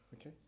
Okay